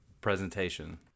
presentation